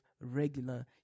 regular